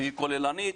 והיא כוללנית,